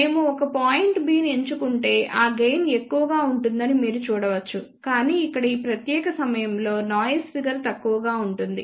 మేము ఒక point B ని ఎంచుకుంటే ఆ గెయిన్ ఎక్కువగా ఉంటుందని మీరు చూడవచ్చు కానీ ఇక్కడ ఈ ప్రత్యేక సమయంలో నాయిస్ ఫిగర్ తక్కువగా ఉంటుంది